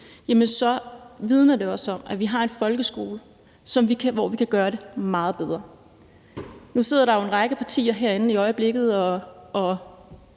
g, vidner det også om, at vi har en folkeskole, hvor vi kan gøre det meget bedre. Nu sidder der en række partier herinde i øjeblikket og